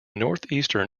northeastern